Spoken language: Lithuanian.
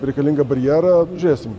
reikalingą barjerą žiūrėsim